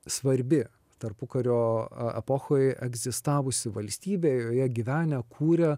svarbi tarpukario epochoj egzistavusi valstybė joje gyvenę kūrę